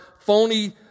phony